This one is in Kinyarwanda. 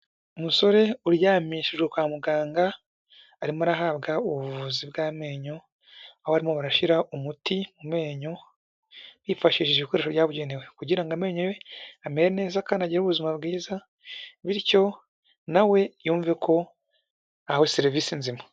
Umusore uryamishijwe kwa muganga arimo arahabwa ubuvuzi bw'amenyo, aho barimo barashyira umuti mu menyo hifashishije ibikoresho byabugenewe kugira ngo amenyo amere neza kandi agire ubuzima bwiza, bityo nawe yumve ko ahawe serivisi nzima.